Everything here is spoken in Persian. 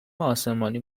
آسمانی